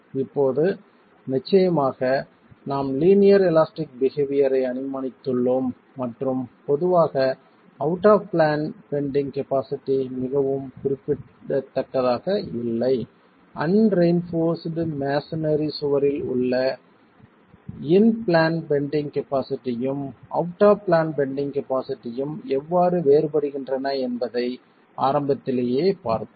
இப்போது நிச்சயமாக நாம் லீனியர் எலாஸ்டிக் பிஹேவியர் ஐ அனுமானித்துள்ளோம் மற்றும் பொதுவாக out of plane bending capacity மிகவும் குறிப்பிடத்தக்கதாக இல்லை அன்ரெயின்போர்ஸ்ட் மேசனரி சுவரில் உள்ள இன் பிளான் பெண்டிங் கபாஸிட்டியும் அவுட் ஆப் பிளான் பெண்டிங் கபாஸிட்டியும் எவ்வாறு வேறுபடுகின்றன என்பதை ஆரம்பத்திலேயே பார்த்தோம்